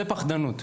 זה פחדנות.